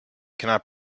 cannot